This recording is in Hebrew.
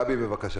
גבי, בבקשה.